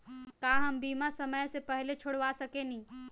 का हम बीमा समय से पहले छोड़वा सकेनी?